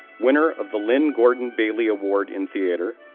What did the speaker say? winner of the lynn gordon bailey award in theater,